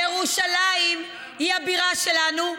ירושלים היא הבירה שלנו.